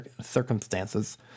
circumstances